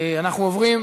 לא נורא.